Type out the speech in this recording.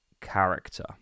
character